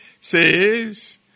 says